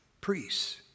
priests